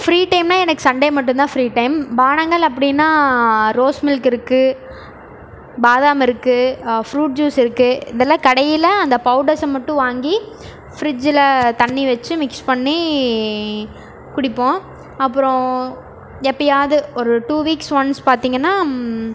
free டைம்னால் எனக்கு Sunday மட்டும்தான் ஃப்ரீ டைம் பானங்கள் அப்படின்னா ரோஸ் மில்க் இருக்குது பாதம் இருக்குது ஃப்ரூட் ஜூஸ் இருக்குது இதெல்லாம் கடையில் அந்த பவுடர்ஸை மட்டும் வாங்கி ஃப்ரிட்ஜில் தண்ணீர் வெச்சு மிக்ஸ் பண்ணி குடிப்போம் அப்புறோம் எப்பையாது ஒரு டூ வீக்ஸ் ஒன்ஸ்